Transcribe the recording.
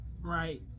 right